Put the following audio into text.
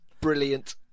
brilliant